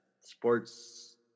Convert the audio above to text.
sports